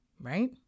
right